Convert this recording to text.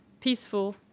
peaceful